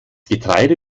getreide